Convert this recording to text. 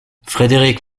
frédéric